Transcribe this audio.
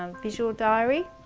um visual diary,